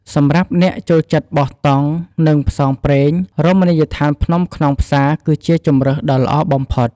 សម្រាប់អ្នកចូលចិត្តបោះតង់ និងផ្សងព្រេង រមណីយដ្ឋានភ្នំខ្នងផ្សារ គឺជាជម្រើសដ៏ល្អបំផុត។